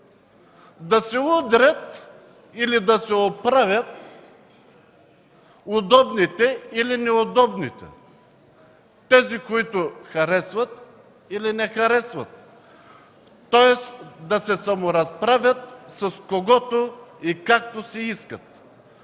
„Да се удрят” или „да се оправят” удобните или неудобните – тези, които харесват или не харесват. Тоест да се саморазправят с когото и както си искат.